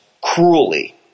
cruelly